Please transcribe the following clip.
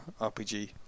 RPG